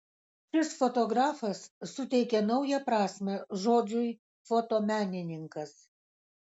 šis fotografas suteikė naują prasmę žodžiui fotomenininkas